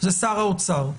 זה שר האוצר.